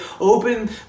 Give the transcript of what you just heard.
Open